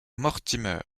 mortimer